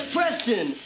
Preston